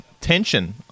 tension